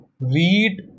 read